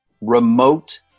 remote